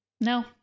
no